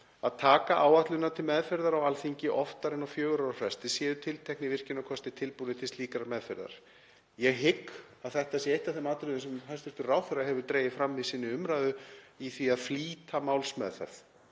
að taka áætlunina til meðferðar á Alþingi oftar en á fjögurra ára fresti séu tilteknir virkjunarkostir tilbúnir til slíkrar meðferðar. Ég hygg að þetta sé eitt af þeim atriðum sem hæstv. ráðherra hefur dregið fram í sinni umræðu um að flýta málsmeðferð.